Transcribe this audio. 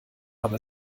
aber